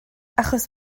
achos